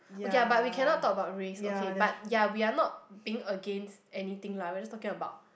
okay lah but we cannot talk about race okay but ya we are not being against anything lah we are just talking about